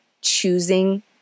choosing